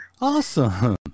Awesome